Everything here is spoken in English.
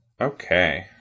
Okay